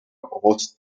rost